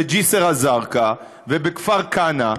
בג'יסר א-זרקא ובכפר כנא,